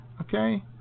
Okay